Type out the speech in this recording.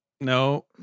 no